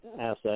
asset